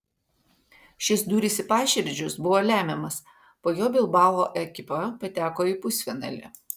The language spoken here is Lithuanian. šis dūris į paširdžius buvo lemiamas po jo bilbao ekipa pateko į pusfinalį